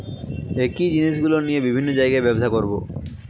একই জিনিসগুলো নিয়ে বিভিন্ন জায়গায় ব্যবসা করবো